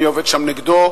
מי עובד שם נגדו,